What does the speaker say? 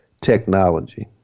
technology